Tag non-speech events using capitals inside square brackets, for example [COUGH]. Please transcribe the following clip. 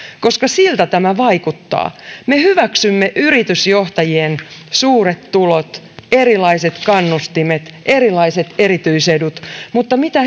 koska siltä tämä vaikuttaa että me hyväksymme yritysjohtajien suuret tulot erilaiset kannustimet erilaiset erityisedut mutta mitä [UNINTELLIGIBLE]